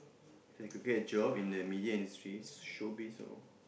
so I could get a job in the media industry show biz loh